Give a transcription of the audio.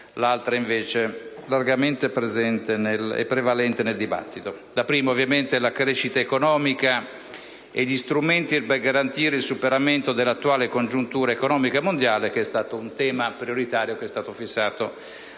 l'altra invece prevalente nel dibattito. La prima, ovviamente, è la crescita economica e gli strumenti per garantire il superamento dell'attuale congiuntura economica mondiale, che è stato un tema prioritario fissato